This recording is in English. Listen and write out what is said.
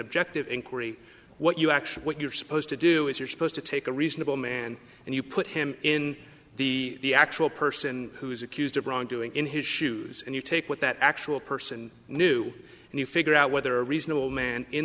objective inquiry what you actually what you're supposed to do is you're supposed to take a reasonable man and you put him in the actual person who is accused of wrongdoing in his shoes and you take what that actual person knew and you figure out whether a reasonable man in